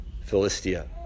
Philistia